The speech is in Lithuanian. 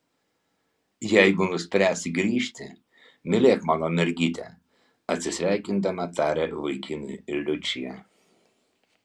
jeigu nuspręsi grįžti mylėk mano mergytę atsisveikindama taria vaikinui liučija